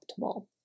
optimal